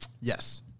Yes